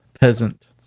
peasant